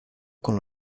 con